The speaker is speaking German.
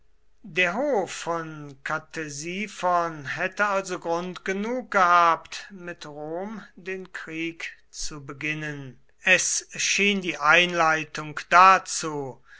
der hof von ktesiphon hätte also grund genug gehabt mit rom den krieg zu beginnen es schien die einleitung dazu